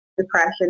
depression